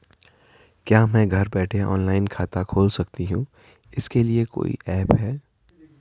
क्या मैं घर बैठे ऑनलाइन खाता खोल सकती हूँ इसके लिए कोई ऐप है?